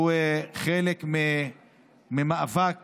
הוא חלק מהמאבק